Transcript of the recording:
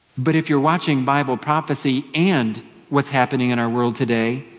but if you're watching bible prophecy, and what's happening in our world today,